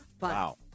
wow